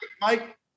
Mike